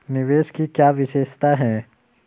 निवेश की क्या विशेषता है?